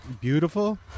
beautiful